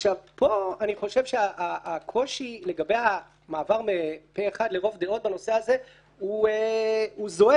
פה אני חושב שהקושי לגבי המעבר מפה אחד לרוב דעות בנושא הזה הוא זועק,